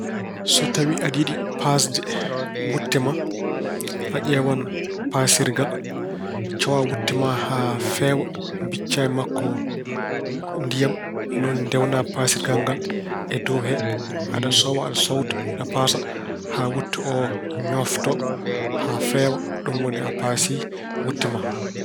So tawi aɗa yiɗi paasde wutte ma, ƴeewan paasirgal, cowaa wutte ma haa feewa, mbiccaa e makko ndiyam. Ni woni ndeewnaa paasirgal ngal e dow he, aɗa cowa, aɗa cowta, aɗa paasa haa wutte oo ñooftoo haa feewa. Ɗum woni a paasii wutte ma.